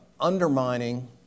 undermining